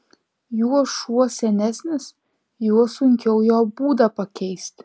juo šuo senesnis juo sunkiau jo būdą pakeisti